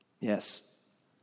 Yes